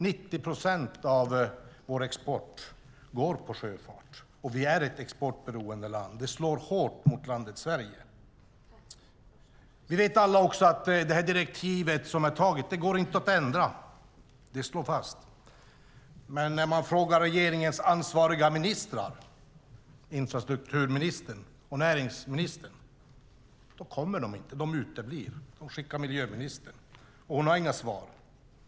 90 procent av vår export går på sjöfart, och vi är ett exportberoende land. Detta slår hårt mot landet Sverige. Vi vet alla också att direktivet som är antaget inte går att ändra; det står fast. Men när man frågar regeringens ansvariga ministrar, infrastrukturministern och näringsministern, kommer de inte. De uteblir och skickar miljöministern, och hon har inga svar.